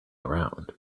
around